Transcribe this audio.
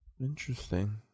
Interesting